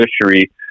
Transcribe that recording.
fishery